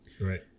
Right